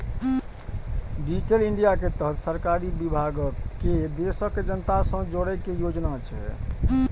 digital India के तहत सरकारी विभाग कें देशक जनता सं जोड़ै के योजना छै